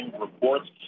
reports